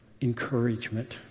encouragement